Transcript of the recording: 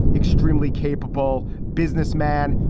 extremely capable business man.